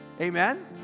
Amen